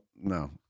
no